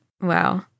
Wow